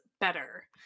better